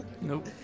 Nope